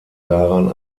daran